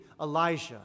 Elijah